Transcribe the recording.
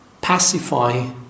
pacify